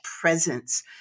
presence